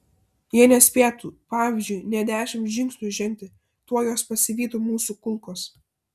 jie nespėtų pavyzdžiui nė dešimt žingsnių žengti tuoj juos pasivytų mūsų kulkos